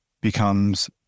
becomes